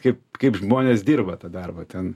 kaip kaip žmonės dirba tą darbą ten